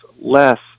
less